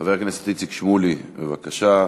חבר הכנסת איציק שמולי, בבקשה.